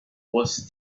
was